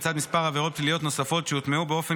לצד מספר עבירות פליליות נוספות שהוטמעו באופן